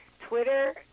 Twitter